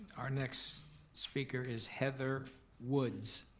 our next speaker is heather woods.